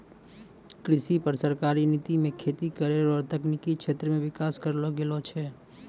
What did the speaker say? कृषि पर सरकारी नीति मे खेती करै रो तकनिकी क्षेत्र मे विकास करलो गेलो छै